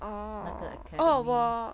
那个 academy